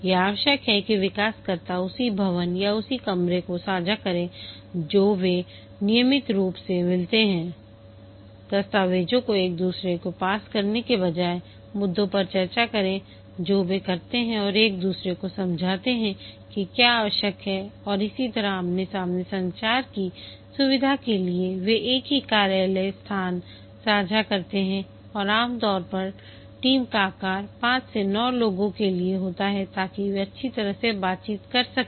यह आवश्यक है कि विकासकर्ता उसी भवन या उसी कमरे को साझा करें जो वे नियमित रूप से मिलते हैं दस्तावेजों को एक दूसरे को पास करने के बजाय मुद्दों पर चर्चा करें जो वे करते हैं और एक दूसरे को समझाते हैं कि क्या आवश्यक है और इसी तरह आमने सामने संचार की सुविधा के लिए वे एक ही कार्यालय स्थान साझा करते हैं और आमतौर पर टीम का आकार 5 से 9 लोगों के लिए होता है ताकि वे अच्छी तरह से बातचीत कर सकें